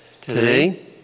today